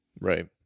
Right